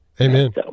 amen